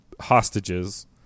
hostages